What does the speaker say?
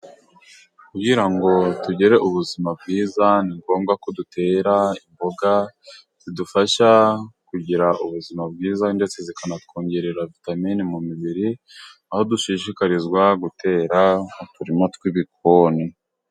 Kugira ngo tugire ubuzima bwiza, ni ngombwa ko dutera imboga zidufasha kugira ubuzima bwiza ndetse zikanatwongerera vitamine mu mibiri ,aho dushishikarizwa gutera mu turimo tw'ibikoni.